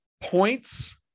points